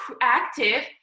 active